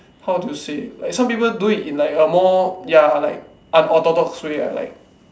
how do you say like some people do it in like a more ya like unorthodox way lah like